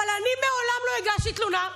אבל אני מעולם לא הגשתי תלונה.